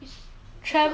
maybe peace